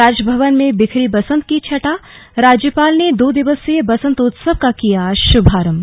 राजभवन में बिखरी बसंत की छटाराज्यपाल ने दो दिवसीय बसंतोत्सव का किया शुभारंभ